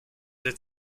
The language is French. êtes